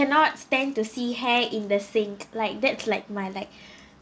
not stand to see hair in the sink like that's like my like